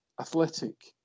athletic